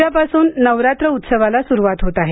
उद्यापासून नवरात्र उत्सवाला सुरुवात होत आहे